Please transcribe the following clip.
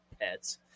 pets